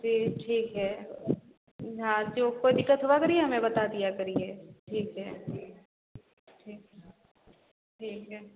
जी ठीक है हाँ जो कोई दिक़्क़त हुआ करिए हमें बता दिया करिए ठीक है ठीक है ठीक है